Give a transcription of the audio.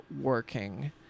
working